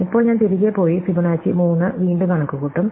ഇപ്പോൾ ഞാൻ തിരികെ പോയി ഫിബൊനാച്ചി 3 വീണ്ടും കണക്കുകൂട്ടും